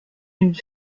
une